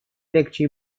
легче